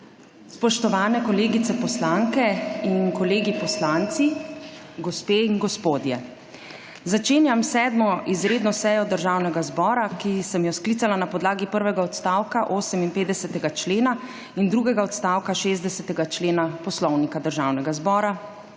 Spoštovane kolegice poslanke in kolegi poslanci, gospe in gospodje! Začenjam 7. izredno sejo Državnega zbora, ki sem jo sklicala na podlagi prvega ostavka 58. člena in drugega odstavka 60. člena Poslovnika Državnega zbora.